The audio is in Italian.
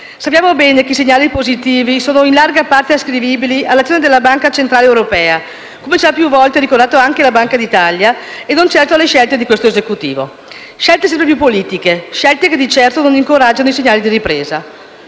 Sappiamo bene che i segnali positivi sono in larga parte ascrivibili all'azione della Banca centrale europea, come ci ha più volte ricordato anche la Banca d'Italia, e non alle scelte di questo Esecutivo; scelte sempre più politiche e che di certo non incoraggiano i segnali di ripresa.